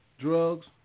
Drugs